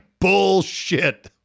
bullshit